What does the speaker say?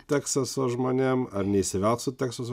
teksaso žmonėm ar neįsivelk su teksaso